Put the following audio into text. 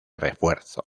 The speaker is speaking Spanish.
refuerzo